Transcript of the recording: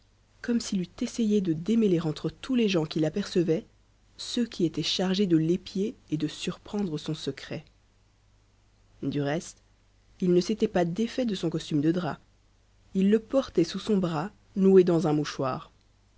comme s'il eût essayé de démêler entre tous les gens qu'il apercevait ceux qui étaient chargés de l'épier et de surprendre son secret du reste il ne s'était pas défait de son costume de drap il le portait sous son bras noué dans un mouchoir